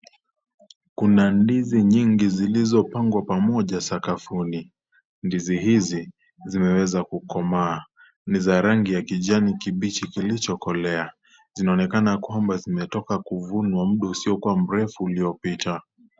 Kuna ndizi nyingi zilizopangwa pamoja sakafuni. Ndizi hizi zimeweza kukomaa, ni za rangi ya kijani kibichi kilichokolea, zinaonekana kwamba zimetoka kuvunwa muda usiokuwa mrefu uliopita.